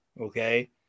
Okay